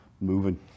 moving